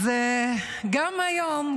אז גם היום,